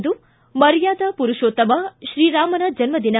ಇಂದು ಮರ್ಯಾದಾ ಪುರುಷೋತ್ತಮ ಶ್ರೀರಾಮನ ಜನ್ನ ದಿನ